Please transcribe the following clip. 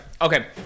okay